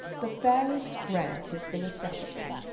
the fairest grant is the necessity.